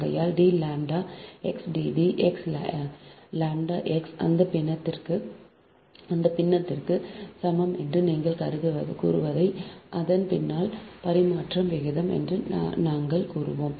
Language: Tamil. ஆகையால் d λ x d d λ x அந்த பின்னத்திற்கு சமம் என்று நீங்கள் கூறுவதை அந்த பின்னல் பரிமாற்ற விகிதம் என்று நாங்கள் கூறினோம்